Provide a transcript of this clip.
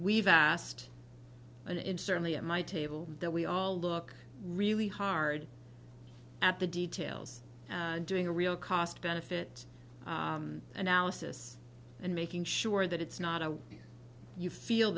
we've asked in certainly at my table that we all look really hard at the details doing a real cost benefit analysis and making sure that it's not a you feel